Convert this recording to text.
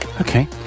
Okay